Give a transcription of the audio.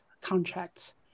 contracts